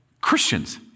Christians